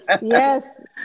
Yes